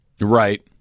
Right